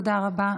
תודה רבה,